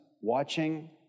watching